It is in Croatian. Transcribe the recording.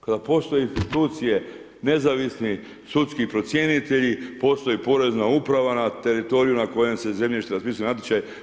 Kada postoje institucije nezavisni sudski procjenitelji, postoji Porezna uprava na teritoriju na kojem se zemljište, raspisuje natječaj.